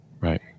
right